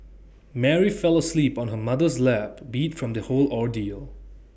Mary fell asleep on her mother's lap beat from the whole ordeal